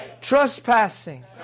trespassing